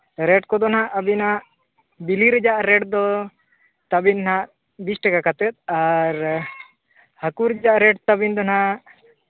rate ᱠᱚᱫᱚ ᱦᱟᱸᱜ ᱟᱹᱵᱤᱱᱟᱜ ᱵᱤᱞᱤ ᱨᱮᱭᱟᱜ ᱨᱮᱴ ᱫᱚ ᱛᱟᱹᱵᱤᱱ ᱦᱟᱸᱜ ᱵᱤᱥ ᱴᱟᱠᱟ ᱠᱟᱛᱮᱫ ᱟᱨ ᱦᱟᱹᱠᱩ ᱨᱮᱭᱟᱜ ᱨᱮᱴ ᱛᱟᱹᱵᱤᱱ ᱦᱟᱸᱜ